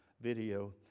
video